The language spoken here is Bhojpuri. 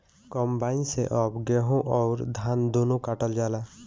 कंबाइन से अब गेहूं अउर धान दूनो काटल जाला